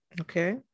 okay